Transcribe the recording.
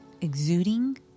exuding